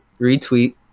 retweet